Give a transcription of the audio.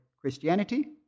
Christianity